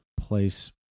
place